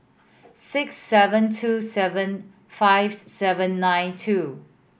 six seven two seven five seven nine two